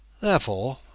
Therefore